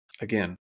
again